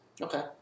Okay